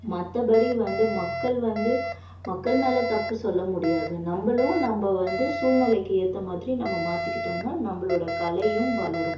மற்றபடி வந்து மக்கள் வந்து மக்கள் மேல் தப்பு சொல்ல முடியாது நம்பளும் நம்ப வந்து சூழ்நிலைக்கு ஏற்ற மாதிரி நம்ம மாற்றிக்கிட்டோன்னா நம்பளோடய கலையும் வளரும்